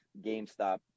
GameStop